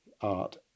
art